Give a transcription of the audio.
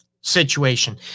situation